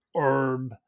Herb